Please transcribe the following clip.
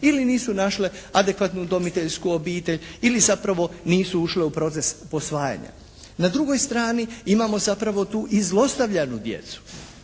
ili nisu našle adekvatnu udomiteljsku obitelj ili zapravo nisu ušle u proces posvajanja. Na drugoj strani imamo zapravo tu i zlostavljanu djecu,